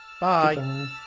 bye